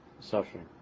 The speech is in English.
suffering